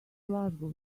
glasgow